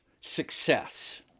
success